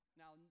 now